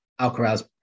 Alcaraz